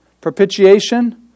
Propitiation